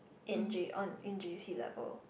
in J on in J_C level